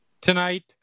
tonight